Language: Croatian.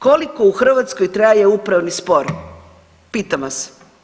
Koliko u Hrvatskoj traje upravni spor pitam vas?